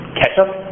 ketchup